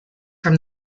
from